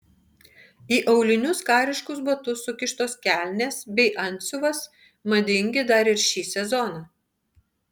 į aulinius kariškus batus sukištos kelnės bei antsiuvas madingi dar ir šį sezoną